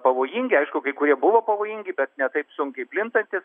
pavojingi aišku kai kurie buvo pavojingi bet ne taip sunkiai plintantys